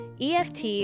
EFT